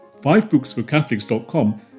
fivebooksforcatholics.com